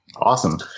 Awesome